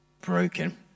broken